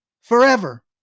forever